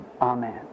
amen